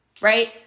right